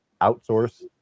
outsource